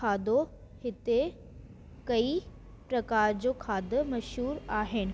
खाधो हिते कई प्रकारनि जो खाधो मशहूर आहिनि